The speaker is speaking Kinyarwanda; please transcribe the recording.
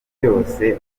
byose